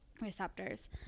receptors